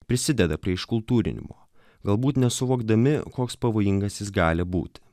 prisideda prie iškultūrinimo galbūt nesuvokdami koks pavojingas jis gali būti